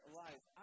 life